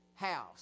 house